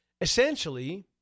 essentially